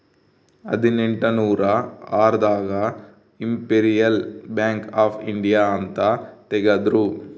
ಹದಿನೆಂಟನೂರ ಆರ್ ದಾಗ ಇಂಪೆರಿಯಲ್ ಬ್ಯಾಂಕ್ ಆಫ್ ಇಂಡಿಯಾ ಅಂತ ತೇಗದ್ರೂ